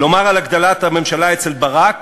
לומר על הגדלת הממשלה אצל ברק,